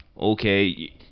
Okay